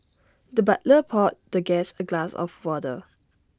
the butler poured the guest A glass of water